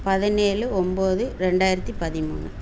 பதினேழு ஒம்பது ரெண்டாயிரத்தி பதிமூணு